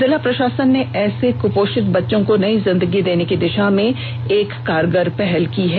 जिला प्रशासन ने ऐसे कुपोषित बच्चों को नई जिंदगी देने की दिशा में एक कारगर पहल की है